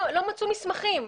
לא, לא מצאו מסמכים.